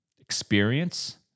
experience